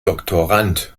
doktorand